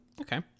Okay